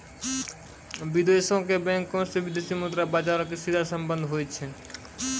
विदेशो के बैंको से विदेशी मुद्रा बजारो के सीधा संबंध होय छै